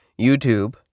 YouTube